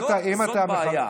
זאת בעיה.